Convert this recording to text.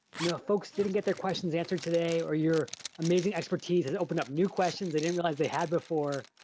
know if folks didn't get their questions answered today or your amazing expertise has opened up new questions they didn't realize they had before,